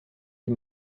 die